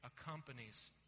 accompanies